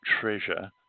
treasure